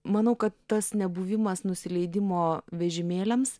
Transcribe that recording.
manau kad tas nebuvimas nusileidimo vežimėliams